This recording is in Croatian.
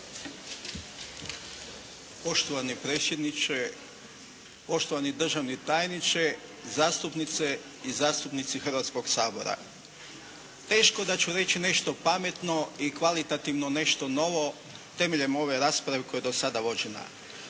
Poštovani predsjedniče, poštovani državni tajniče, zastupnice i zastupnici Hrvatskog sabora! Teško da ću reći nešto pametna i kvalitativno nešto novo temeljem ove rasprave koja je dosada vođena.